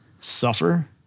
suffer